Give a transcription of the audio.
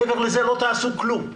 מעבר לזה לא תעשו כלום.